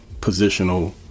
positional